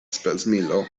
spesmilo